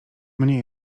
mnie